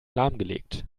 lahmgelegt